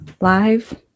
Live